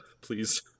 please